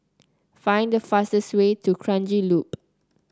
find the fastest way to Kranji Loop